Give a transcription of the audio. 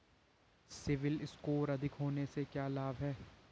CIBIL score अधिक होने से क्या लाभ हैं?